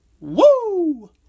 woo